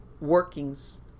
workings